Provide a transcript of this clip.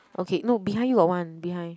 okay no behind you got one behind